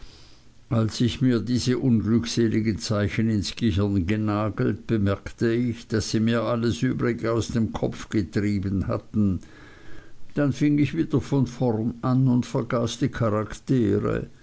als ich mir diese unglückseligen zeichen ins gehirn genagelt bemerkte ich daß sie mir alles übrige aus dem kopf getrieben hatten dann fing ich wieder von vorn an und vergaß die charaktere